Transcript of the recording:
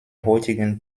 heutigen